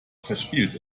verspielt